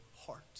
heart